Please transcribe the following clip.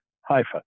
Haifa